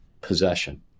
possession